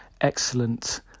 excellent